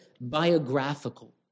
biographical